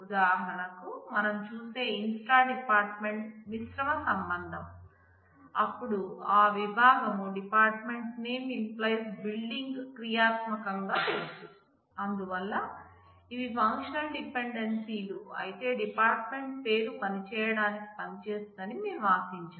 ఉదాహరణకు మనం చూస్తే inst dept మిశ్రమ సంబంధం అప్పుడు ఆ విభాగం department name → building క్రియాత్మకంగా తెలుసు అందువల్ల ఇవి ఫంక్షనల్ డిపెండెన్సీలు అయితే డిపార్ట్ మెంట్ పేరు పనిచేయడానికి పనిచేస్తుందని మేం ఆశించం